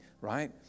right